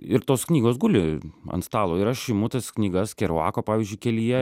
ir tos knygos guli ant stalo ir aš imu tas knygas keruako pavyzdžiui kelyje